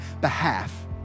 behalf